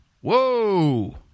whoa